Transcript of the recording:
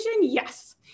yes